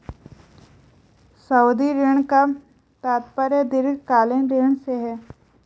सावधि ऋण का तात्पर्य दीर्घकालिक ऋण से है